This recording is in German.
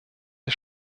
ist